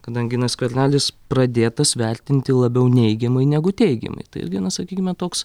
kadangi na skvernelis pradėtas vertinti labiau neigiamai negu teigiamai tai irgi na sakykime toks